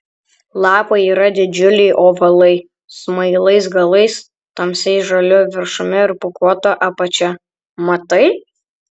lapai yra didžiuliai ovalai smailais galais tamsiai žaliu viršumi ir pūkuota apačia matai